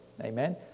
Amen